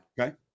Okay